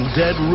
dead